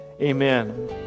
Amen